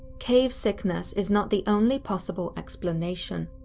cave sickness is not the only possible explanation.